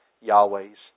Yahweh's